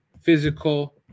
physical